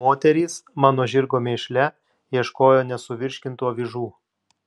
moterys mano žirgo mėšle ieškojo nesuvirškintų avižų